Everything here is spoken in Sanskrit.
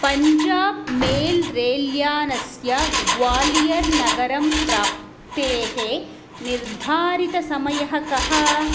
पञ्जाब मेल् रेल्यानस्य ग्वालियरनगरं प्राप्तेः निर्धारितः समयः कः